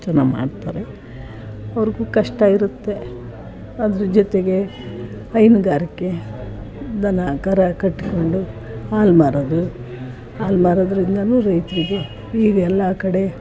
ಚೆನ್ನಾಗಿ ಮಾಡ್ತಾರೆ ಅವ್ರಿಗೂ ಕಷ್ಟ ಇರುತ್ತೆ ಅದ್ರ ಜೊತೆಗೆ ಹೈನುಗಾರಿಕೆ ದನ ಕರ ಕಟ್ಕೊಂಡು ಹಾಲು ಮಾರೋದು ಹಾಲು ಮಾರೋದರಿಂದನೂ ರೈತರಿಗೆ ಈಗ ಎಲ್ಲ ಕಡೆ